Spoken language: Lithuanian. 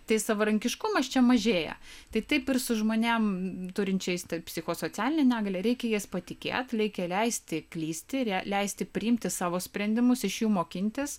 tai savarankiškumas čia mažėja tai taip ir su žmonėm turinčiais psichosocialinę negalią reikia jais patikėt reikia leisti klysti leisti priimti savo sprendimus iš jų mokintis